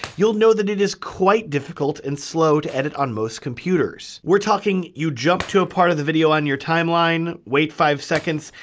you'll know that it is quite difficult and slow to edit on most computers. we're talking you jump to a part of the video on your timeline, wait five seconds,